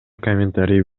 комментарий